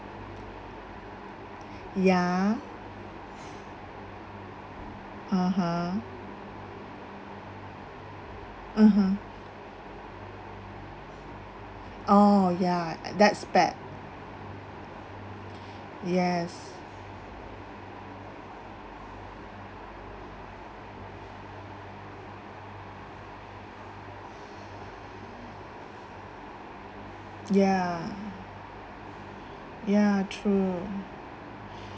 ya (uh huh) (uh huh) oh ya that's bad yes ya ya true